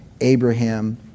Abraham